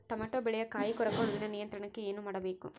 Tomato ಬೆಳೆಯ ಕಾಯಿ ಕೊರಕ ಹುಳುವಿನ ನಿಯಂತ್ರಣಕ್ಕೆ ಏನು ಮಾಡಬೇಕು?